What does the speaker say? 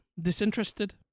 disinterested